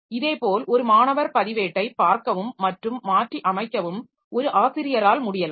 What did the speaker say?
இதேபோல் ஒரு மாணவர் பதிவேட்டை பார்க்கவும் மற்றும் மாற்றியமைக்கவும் ஒரு ஆசிரியரால் முடியலாம்